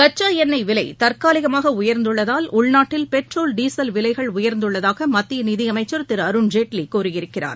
கச்சா எண்ணெய் விலை தற்காலிகமாக உயர்ந்துள்ளதால் உள்நாட்டில் பெட்ரோல் டீசல் விலைகள் உயர்ந்துள்ளதாக மத்திய நிதியமைச்சர் திரு அருண் ஜேட்லி கூறியிருக்கிறார்